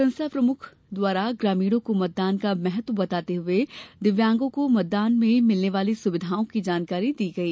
संस्था प्रमुख द्वारा ग्रामीणों को मतदान का महत्व बताते हुए दिव्यांगों को मतदान में मिलने वाली सुविधाओं की जानकारी दी गई